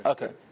Okay